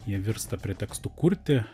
jie virsta pretekstu kurti